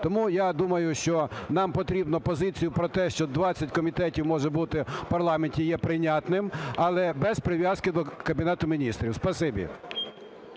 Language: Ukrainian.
Тому я думаю, що нам потрібно позицію про те, що 20 комітетів може бути в парламенті, є прийнятним, але без прив'язки до Кабінету Міністрів. Спасибі.